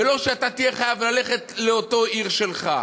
ולא שאתה תהיה חייב ללכת לאותה עיר שלך.